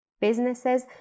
Businesses